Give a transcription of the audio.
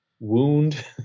wound